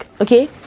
okay